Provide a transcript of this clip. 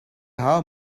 how